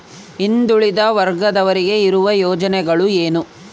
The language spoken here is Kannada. ಹಿಂದುಳಿದ ವರ್ಗದವರಿಗೆ ಇರುವ ಯೋಜನೆಗಳು ಏನು?